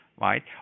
right